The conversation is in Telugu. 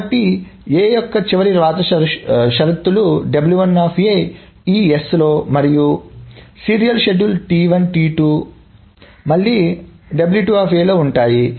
కాబట్టి a యొక్క చివరి వ్రాత షరతులు ఈ S లో మరియు ఈ సీరియల్ షెడ్యూల్లో మళ్ళీ లో ఉంటాయి